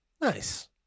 Nice